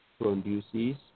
produces